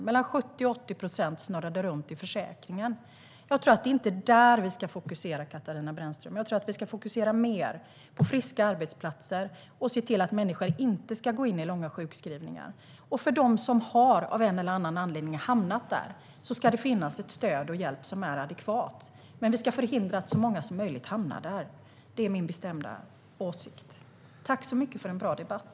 Mellan 70 och 80 procent snurrade runt i försäkringen. Jag tror inte att det är där vi ska fokusera, Katarina Brännström. Jag tror att vi ska fokusera mer på friska arbetsplatser och se till att människor inte går in i långa sjukskrivningar. Och för dem som av en eller annan anledning har hamnat där ska det finnas adekvat stöd och hjälp. Men vi ska förhindra så många som möjligt från att hamna där. Det är min bestämda åsikt. Tack så mycket för en bra debatt!